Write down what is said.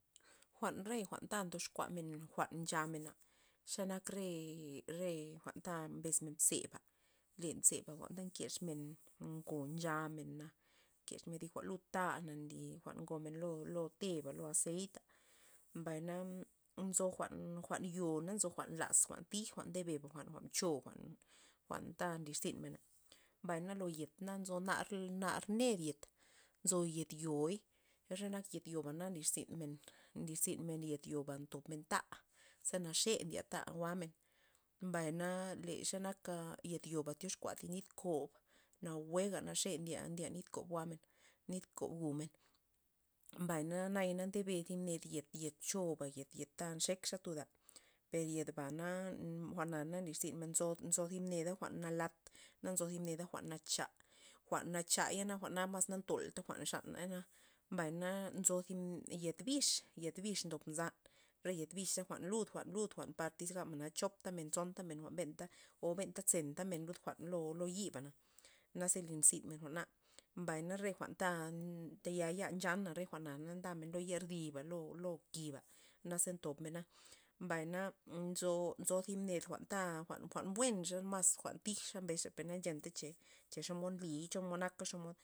Jwa'n re jwa'n ta ndoxkuamen jwa'n nchamena xe nak re re jwa'n ta mbes men zeba, len zeba jwa'n ta nkexmen ngo nchamena nkex men jwa'n lud ta' nly jwa'n ngomen lud lo- lo teba lo azeita, mbayna nzo jwa'n- jwa'n yo'na nzo jwa'n laz jwa'n tij jwa'n nde bena jwa'n choba jwa'n- jwa'nta nlirzyn menba, mbay na lo yet nzo nar nar ned yet, nzo yet yo'i re nak yet yoba na nlirzyn men nlirzyn men yet yo' ba ntobmen ta' ze naxe ndye ta' jwa'men, mbay na le xe nak jwa'n yet yoba tyoxkua jwa'n thi nit kob nawueba naxe ndye nit kob jwa'men nit kob jwu'men, mbay naya na ndebe thib ned yet- yet choba yet- yet nxekxa tuda per yet bana jwa'na nlirzyn nzo- nzo thib neda jwa'n nalat nzo thib neda jwa'n ncha jwa'n nachaya jwa'na jwa'n mas na ntolta jwa' xaney per na nzo thib ned yet bix yet bix ndob nzan re yet bixa jwa'n lud jwa'n lud par tyz gabmen chopta men tzonta men jwa'n o benta zentamen lud jwa'n lo yiba naze nli zynmen jwa'na mbay na re jwa'nta taya ya nchana le jwa'na na ndamen yer dida lo- lo kiba naze tobmena mbayna nzo nzo thib ned jwa'n jwa'n buen re jwa'n mas jwa'n tij xe mbes xa per na na ncheta cha xomod nliy na chenta xomod.